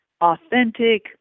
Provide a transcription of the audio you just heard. authentic